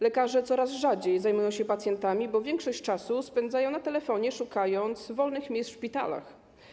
Lekarze coraz rzadziej zajmują się pacjentami, bo większość czasu spędzają przy telefonie, szukając wolnych miejsc w szpitalach.